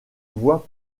voie